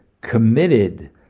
committed